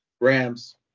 Rams